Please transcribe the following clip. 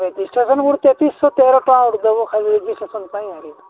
registration ଗୋଟେ ତେତିଶିଶହ ତେର ଟଙ୍କା ଦେବ ଖାଲି ରେଜିଷ୍ଟ୍ରେସନ ପାଇଁ ଆଉ